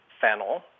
fennel